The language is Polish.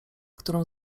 którą